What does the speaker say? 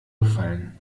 gefallen